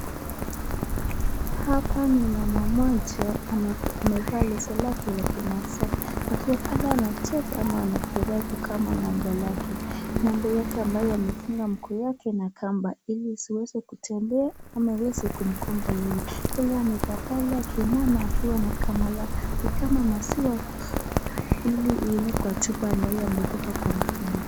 Haoa ni mama moja amevaa leso moja la kimaasai akiwa amefurahi, huku akikama ngombe yake ambayo amefugaa mguu lake na kamba ili isiweze kutembea ama kumgonga yeye, yeye amekaa pale akiinama akiwa anakamua ngombe lake kama maziwa ili iende kwa chpa ambayo amebeba kwa mkono.